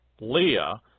Leah